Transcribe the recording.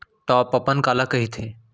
Top अपन काला कहिथे?